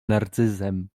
narcyzem